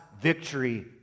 victory